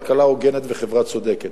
כלכלה הוגנת בחברה צודקת.